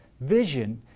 Vision